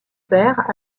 père